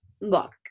look